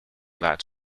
that